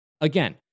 again